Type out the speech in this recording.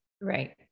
right